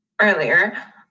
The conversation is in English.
earlier